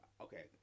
Okay